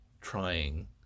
trying